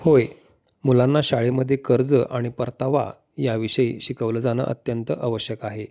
होय मुलांना शाळेमध्ये कर्ज आणि परतावा याविषयी शिकवलं जाणं अत्यंत आवश्यक आहे